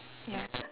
ya